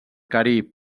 carib